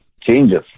changes